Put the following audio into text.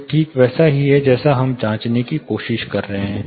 यह ठीक वैसा ही है जैसा हम जांचने की कोशिश कर रहे हैं